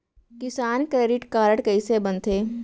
किसान credit card कइसे बनथे?